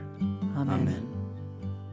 Amen